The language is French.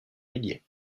milliers